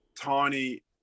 tiny